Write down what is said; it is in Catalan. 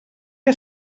que